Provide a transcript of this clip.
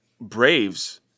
Braves